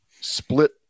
split